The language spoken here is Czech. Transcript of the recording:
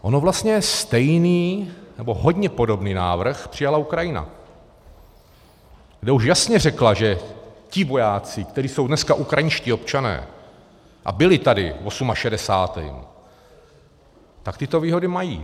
Ono vlastně stejný, nebo hodně podobný návrh přijala Ukrajina, kde už jasně řekla, že ti vojáci, kteří jsou dneska ukrajinští občané a byli tady v osmašedesátém, tak tyto výhody mají.